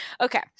Okay